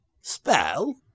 Spell